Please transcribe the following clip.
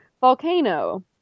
volcano